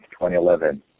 2011